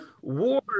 war